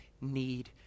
need